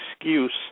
excuse